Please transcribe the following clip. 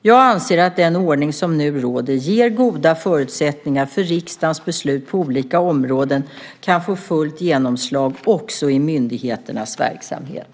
Jag anser att den ordning som nu råder ger goda förutsättningar för att riksdagens beslut på olika områden kan få fullt genomslag också i myndigheternas verksamhet.